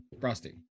Frosty